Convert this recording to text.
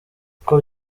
uko